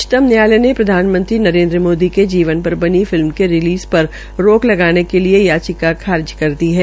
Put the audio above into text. उच्चतम न्यायालय ने प्रधानमंत्री नरेन्द्र मोदी के जीवनी पर बनी फिल्म के रिलीज़ पर रोक लगाने के लिये याचिका खारिज कर दी है